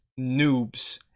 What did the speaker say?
noobs